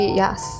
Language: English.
yes